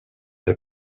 est